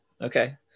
Okay